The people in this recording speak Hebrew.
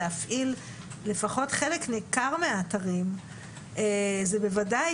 להפעיל לפחות חלק ניכר מהאתרים זה בוודאי